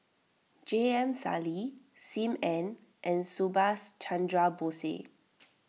J M Sali Sim Ann and Subhas Chandra Bose